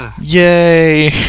Yay